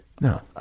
No